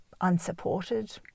unsupported